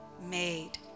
made